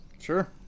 Sure